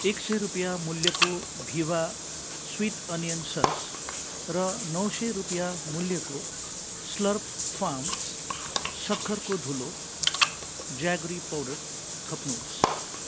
एकसय रुपियाँ मूल्यको भिबा स्विट अनियन सस र नौ सय रुपियाँ मूल्यको स्लर्प फार्म सक्खरको धुलो ज्याग्री पाउडर थप्नुहोस्